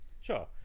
sure